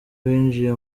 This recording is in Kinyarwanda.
binjiye